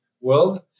world